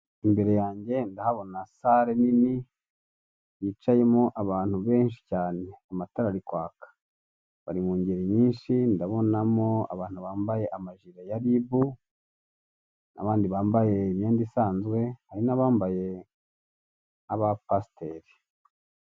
Imbere yanjye ndahabona sare nini yicayemo abantu benshi cyane, amatara arikwaka bari mungeri nyinshi. Ndabonamo abantu bambaye amajire ya RIB, abandi bambaye imyenda isanzwe, hari n'abandi bambaye nk'abapasteri.